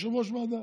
יושב-ראש ועדה.